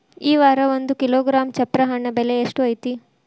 ಈ ವಾರ ಒಂದು ಕಿಲೋಗ್ರಾಂ ಚಪ್ರ ಹಣ್ಣ ಬೆಲೆ ಎಷ್ಟು ಐತಿ?